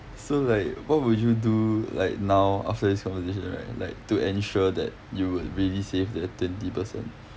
so like what would you do like now after this conversation right like to ensure that you would really save that twenty percent